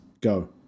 go